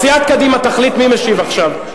סיעת קדימה תחליט מי משיב עכשיו.